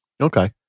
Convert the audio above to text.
Okay